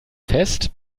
fest